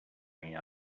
hanging